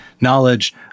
knowledge